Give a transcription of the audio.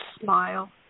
smile